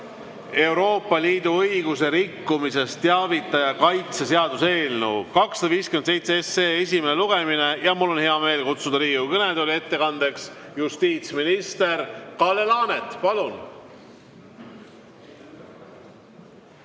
Euroopa Liidu õiguse rikkumisest teavitaja kaitse seaduse eelnõu 257 esimene lugemine. Mul on hea meel kutsuda Riigikogu kõnetooli ettekandeks justiitsminister Kalle Laaneti. Palun!